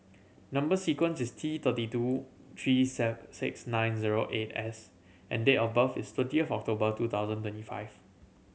number sequence is T thirty two three seven six nine zero eight S and date of birth is twentieth October two thousand twenty five